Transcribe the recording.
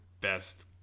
best